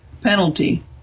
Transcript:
penalty